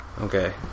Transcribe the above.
okay